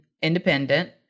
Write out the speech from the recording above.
independent